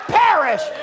perish